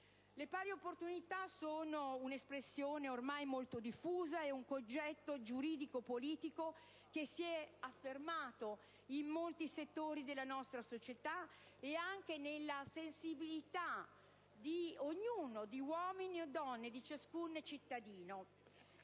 Le pari opportunità sono un'espressione ormai molto diffusa ed un concetto giuridico-politico che si è affermato in molti settori della nostra società ed anche nella sensibilità individuale di ciascun cittadino,